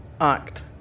act